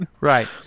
right